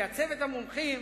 כי צוות המומחים